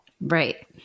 Right